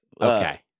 Okay